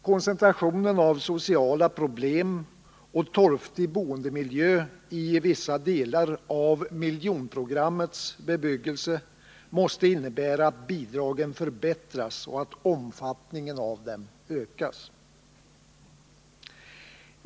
Koncentrationen av sociala problem och torftig boendemiljö i vissa delar av miljonprogrammets bebyggelse måste innebära att bidragen förbättras och att omfattningen av dem ökas.